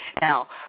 Now